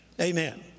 Amen